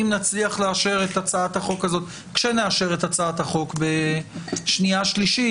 כשנאשר את הצעת החוק בקריאה שנייה ושלישית.